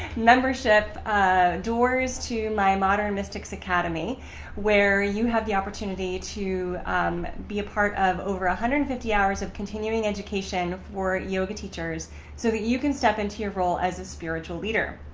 membership doors to my modern mystics academy where you have the opportunity to be a part of over a hundred fifty hours of continuing education for yoga teachers so that you can step into your role as a spiritual leader.